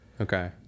Okay